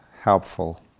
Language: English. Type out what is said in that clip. helpful